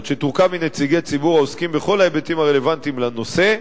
מנציגי ציבור העוסקים בכל ההיבטים הרלוונטיים לנושא,